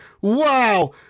Wow